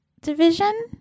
division